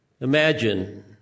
Imagine